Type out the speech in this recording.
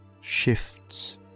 shifts